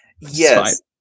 Yes